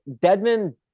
Deadman